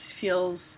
feels